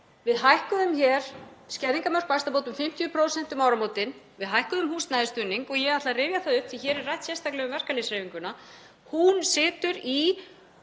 Við hækkuðum hér skerðingarmörk vaxtabóta um 50% um áramótin, við hækkuðum húsnæðisstuðning, og ég ætla að rifja það upp því að hér er rætt sérstaklega um verkalýðshreyfinguna: Hún situr í